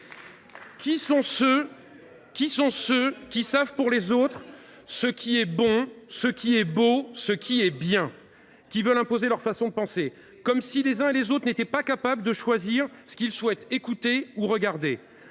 personnes qui savent pour les autres ce qui est bon, ce qui est beau, ce qui est bien ? Qui sont ces personnes qui veulent imposer leur façon de penser, comme si les uns et les autres n’étaient pas capables de choisir ce qu’ils souhaitent écouter ou regarder